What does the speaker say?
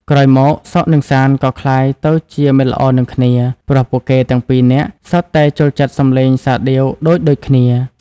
ក្រោយមក សុខ និងសាន្ត ក៏ក្លាយទៅជាមិត្តល្អនឹងគ្នា ព្រោះពួកគេទាំងពីរនាក់សុទ្ធតែចូលចិត្តសំឡេងសាដៀវដូចៗគ្នា។